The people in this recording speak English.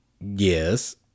yes